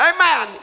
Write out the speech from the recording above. Amen